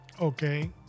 okay